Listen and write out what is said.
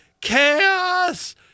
Chaos